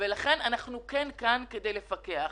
לכן אנחנו כן כאן כדי לפקח.